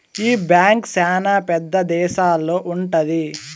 ఈ బ్యాంక్ శ్యానా పెద్ద దేశాల్లో ఉంటది